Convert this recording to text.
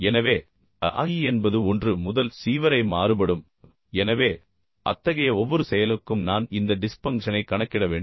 எனவே i என்பது 1 முதல் c வரை மாறுபடும் எனவே அத்தகைய ஒவ்வொரு செயலுக்கும் நான் இந்த டிஸ்க் பங்க்ஷனைக் கணக்கிட வேண்டும்